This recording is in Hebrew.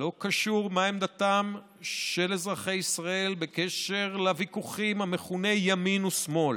לא קשור מה עמדתם של אזרחי ישראל בקשר לוויכוח המכונה ימין ושמאל,